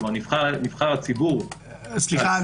כלומר, נבחר הציבור --- סליחה.